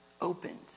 opened